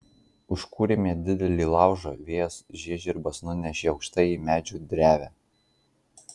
užkūrėme didelį laužą vėjas žiežirbas nunešė aukštai į medžio drevę